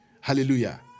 Hallelujah